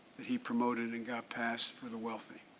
that he promoted and got past for the wealthy.